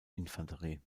infanterie